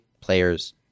players